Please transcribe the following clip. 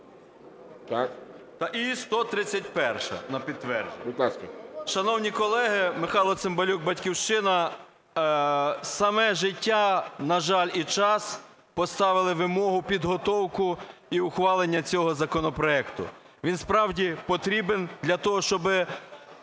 ласка. ЦИМБАЛЮК М.М. Шановні колеги, Михайло Цимбалюк, "Батьківщина". Саме життя, на жаль, і час поставили вимогу підготовки і ухвалення цього законопроекту. Він справді потрібен для того, щоб